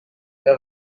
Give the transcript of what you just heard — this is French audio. est